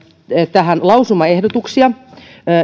tähän lausumaehdotuksia